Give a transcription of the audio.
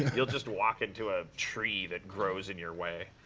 you'll just walk into a tree that grows in your way.